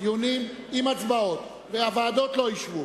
דיונים עם הצבעות והוועדות לא ישבו?